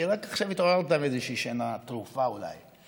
כי רק עכשיו התעוררת מאיזושהי שינה טרופה, אולי.